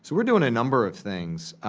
so we're doing a number of things.